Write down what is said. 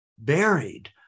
buried